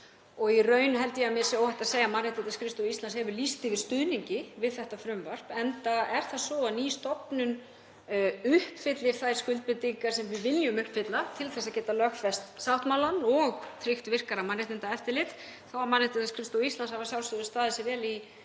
Í raun held ég að mér sé óhætt að segja að Mannréttindaskrifstofa Íslands hefur lýst yfir stuðningi við þetta frumvarp, enda er það svo að ný stofnun uppfyllir þær skuldbindingar sem við viljum uppfylla til að geta lögfest sáttmálann og tryggt virkara mannréttindaeftirlit, þó að Mannréttindaskrifstofa Íslands hafi að sjálfsögðu staðið sig vel í